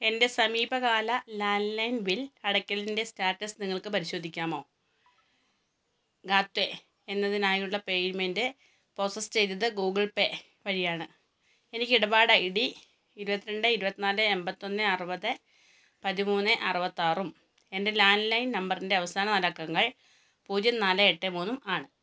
എൻ്റെ സമീപകാല landline bill അടക്കലിൻ്റെ സ്റ്റാറ്റസ് നിങ്ങൾക്കു പരിശോധിക്കാമോ ഗാറ്റെ എന്നതിനായുള്ള പേയ്മെന്റ് പ്രോസസ് ചെയ്തത് ഗൂഗിൾ പേ വഴിയാണ് എനിക്കിടപാട് ഐ ഡി ഇരുപത്തിരണ്ട് ഇരുപത്തിനാല് എണ്പത്തിയൊന്ന് അറുപത് പതിമൂന്ന് അറുപത്തിയാറും എൻ്റെ ലാൻഡ്ലൈൻ നമ്പറിൻ്റെ അവസാന നാലക്കങ്ങൾ പൂജ്യം നാല് എട്ട് മൂന്നും ആണ്